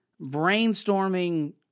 brainstorming